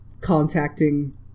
contacting